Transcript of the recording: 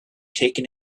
taken